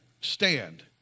Stand